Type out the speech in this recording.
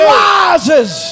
rises